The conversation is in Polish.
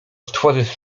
stworzyć